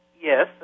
Yes